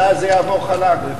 ואז זה יעבור חלק.